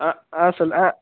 ஆ ஆ சொல் ஆ